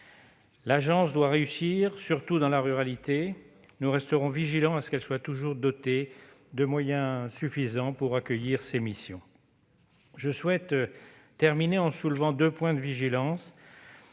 L'Agence doit réussir, surtout dans la ruralité : nous resterons vigilants à ce qu'elle soit toujours dotée de moyens suffisants pour exercer ses missions. Je souhaite terminer en soulevant deux points de vigilance.